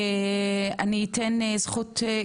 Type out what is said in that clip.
בבקשה.